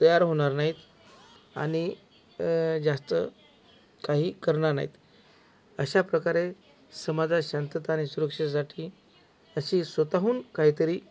तयार होणार नाहीत आणि जास्त काही करणार नाहीत अशा प्रकारे समाजात शांतता आणि सुरक्षेसाठी अशी स्वत हून काहीतरी